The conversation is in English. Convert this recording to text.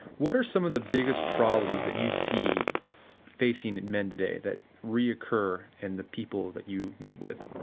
what are some of the biggest problems that you see facing men today that reoccur in the people that you meet with?